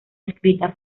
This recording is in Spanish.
escrita